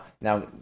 now